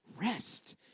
rest